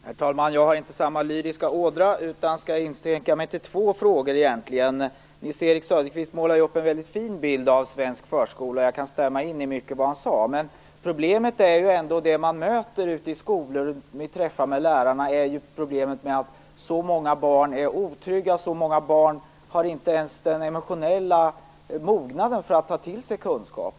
Herr talman! Jag har inte samma lyriska ådra. Jag inskränker mig till två frågor. Nils-Erik Söderqvist målar ju upp en väldigt fin bild av svensk förskola. Jag kan instämma i mycket av det han sade. Men problemet som man möter ute i skolor vid träffar med lärare är ändå att så många barn är otrygga. Många barn har inte ens den emotionella mognaden för kunna ta till sig kunskap.